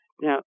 Now